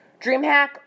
DreamHack